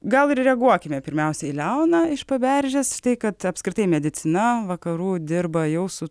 gal ir reaguokime pirmiausia į leoną iš paberžės tai kad apskritai medicina vakarų dirba jau su